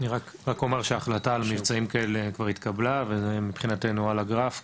רק אומר שהחלטה על מבצעים כאלה כבר התקבלה ומבחינתנו על הגרף קדימה.